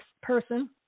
person